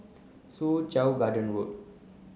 Soo Chow Garden Road